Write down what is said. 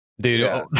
Dude